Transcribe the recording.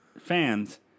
fans